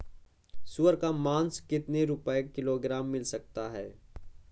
सुअर का मांस कितनी रुपय किलोग्राम मिल सकता है?